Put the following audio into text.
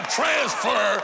transfer